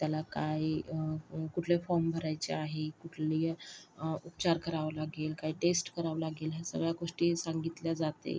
त्याला काय कुठले फॉर्म भरायचे आहे कुठले उपचार करावं लागेल काय टेस्ट करावं लागेल ह्या सगळ्या गोष्टी सांगितल्या जातात